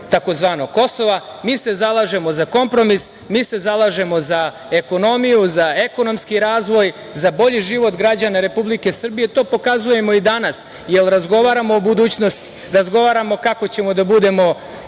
tzv. Kosova. Mi se zalažemo za kompromis, mi se zalažemo za ekonomiju, za ekonomski razvoj, za bolji život građana Republike Srbije. To pokazujemo i danas, jer razgovaramo o budućnosti, razgovaramo kako ćemo da budemo